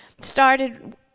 started